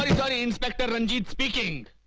sorry! but inspector ranjit speaking!